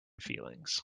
feelings